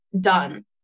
done